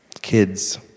Kids